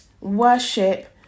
worship